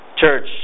Church